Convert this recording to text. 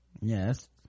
Yes